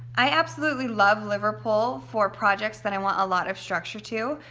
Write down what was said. i absolutely love liverpool for projects that i want a lot of structure to.